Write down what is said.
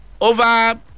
over